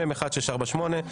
מ/1648,